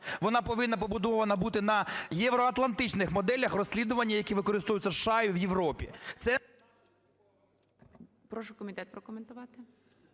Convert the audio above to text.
Вона повинна побудована бути на євроатлантичних моделях розслідування, які використовуються у США і в Європі.